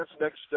next